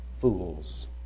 fools